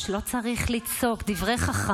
יש מים?